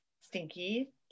stinky